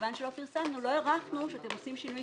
כיוון שלא פרסמנו, לא הערכנו שאתם עושים שינוי